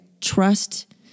trust